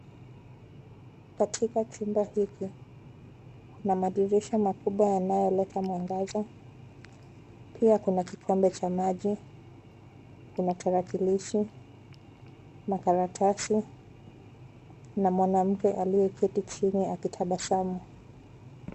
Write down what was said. Katika chumba hiki kuna madirisha makubwa yanayoleta mwangaza. Pia kuna kikombe cha maji, kuna tarakilishi na karatasi, na mwanamke aliyeketi chini akitabasamu.